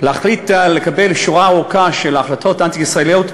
להחליט לקבל שורה ארוכה של החלטות אנטי-ישראליות,